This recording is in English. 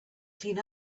clean